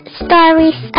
stories